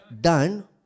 done